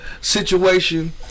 situation